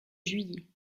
juillet